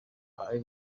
ari